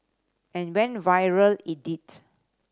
and went viral it did